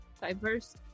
diverse